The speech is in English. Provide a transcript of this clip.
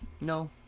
No